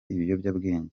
ibiyobyabwenge